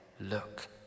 look